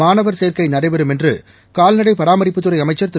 மாணவர் சேர்க்கை நடைபெறும் என்று கால்நடை பராமரிப்புத்துறை அமைச்சர் திரு